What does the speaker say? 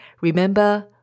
Remember